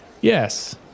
Yes